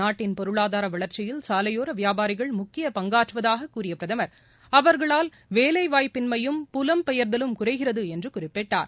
நாட்டின் பொருளாதார வளர்ச்சியில் சாலையோர வியாபாரிகள் முக்கிய பங்காற்றுவதாக கூறிய பிரதமர் அவர்களால் வேலை வாய்ப்பின்மையும் புலம் பெயர்தலும் குறைகிறது என்ற குறிப்பிட்டார்